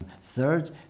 Third